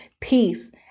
peace